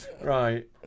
right